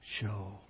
show